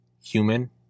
Human